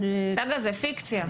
צגה, זה פיקציה.